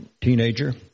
teenager